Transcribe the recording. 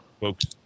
Folks